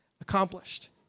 accomplished